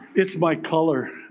it's my color.